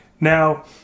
Now